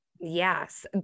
yes